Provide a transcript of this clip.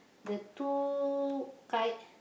the two kite